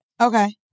Okay